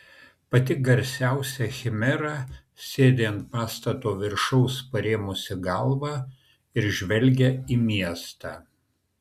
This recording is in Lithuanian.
pati garsiausia chimera sėdi ant pastato viršaus parėmusi galvą ir žvelgia į miestą